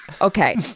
okay